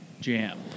Jam